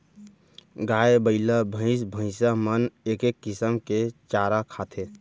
गाय, बइला, भईंस भईंसा मन एके किसम के चारा खाथें